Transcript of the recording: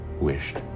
wished